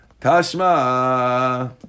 Tashma